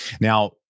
Now